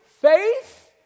faith